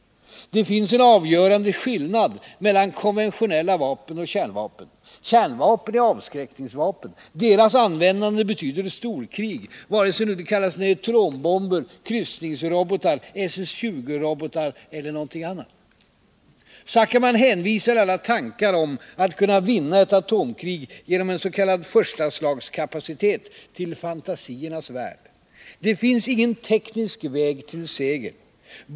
Det finns en avgörande skillnad mellan konventionella vapen och kärnvapen. Kärnvapen är avskräckningsvapen. Deras användande betyder storkrig, vare sig de nu kallas neutronbomber, kryssningsrobotar, SS 20-robotar eller något annat. Zuckermann hänvisar alla tankar om att kunna vinna ett atomkrig genom en s.k. förstaslagskapacitet till fantasiernas värld. Det finns ingen teknisk väg till seger.